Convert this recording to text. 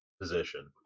position